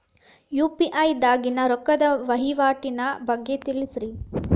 UPI ದಾಗಿನ ರೊಕ್ಕದ ವಹಿವಾಟಿನ ಬಗ್ಗೆ ತಿಳಸ್ರಿ